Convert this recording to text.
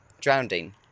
Drowning